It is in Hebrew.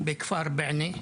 בכפר בענה,